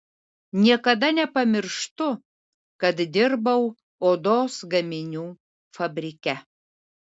niekada nepamirštu kad dirbau odos gaminių fabrike